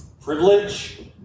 privilege